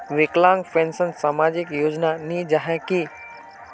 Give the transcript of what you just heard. विकलांग पेंशन सामाजिक योजना नी जाहा की?